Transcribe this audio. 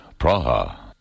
Praha